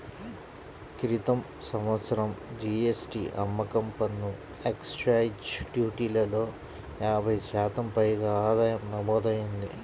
క్రితం సంవత్సరం జీ.ఎస్.టీ, అమ్మకం పన్ను, ఎక్సైజ్ డ్యూటీలలో యాభై శాతం పైగా ఆదాయం నమోదయ్యింది